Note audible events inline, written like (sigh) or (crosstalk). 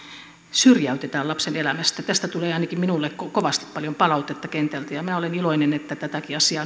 syrjäytetään lapsen elämästä tästä tulee ainakin minulle kovasti paljon palautetta kentältä ja minä olen iloinen että tätäkin asiaa (unintelligible)